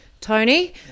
Tony